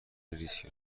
ریسک